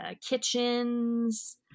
kitchens